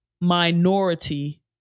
minority